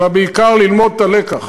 אלא בעיקר ללמוד את הלקח.